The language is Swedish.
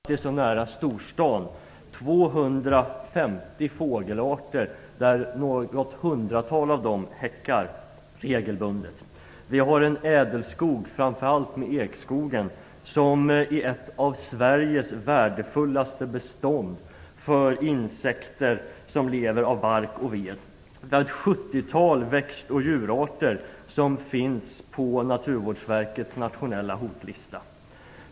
Herr talman! I dag diskuterar vi skyddet av ett unikt område mitt i Stockholm. Det är ett fantastiskt naturområde, där vi trots att det ligger så nära storstaden har 250 fågelarter; något hundratal av dem häckar regelbundet där. Vi har vidare en ädelskog, framför allt en ekskog, som är ett av Sveriges värdefullaste bestånd för insekter som lever av bark och ved, och med ett sjuttiotal växt och djurarter som finns på Naturvårdsverkets nationella hotlista.